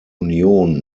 union